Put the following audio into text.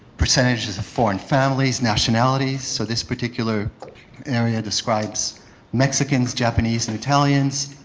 percentages of foreign families, nationalities so this particular area describes mexican, japanese, and italians,